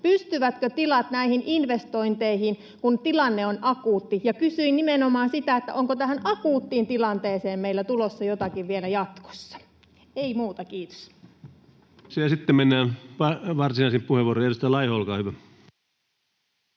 Pystyvätkö tilat näihin investointeihin, kun tilanne on akuutti? Kysyin nimenomaan sitä, onko tähän akuuttiin tilanteeseen meillä tulossa jotakin vielä jatkossa. Ei muuta. — Kiitos. [Speech 72] Speaker: Ensimmäinen varapuhemies